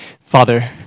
Father